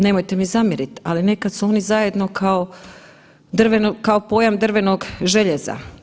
Nemojte mi zamjeriti, ali nekad su oni zajedno kao pojam drvenog željeza.